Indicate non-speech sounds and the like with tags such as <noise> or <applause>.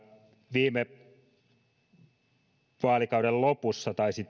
viime vaalikauden lopussa taisi <unintelligible>